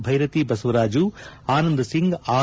Byrathi Basavaraju Anand Singh R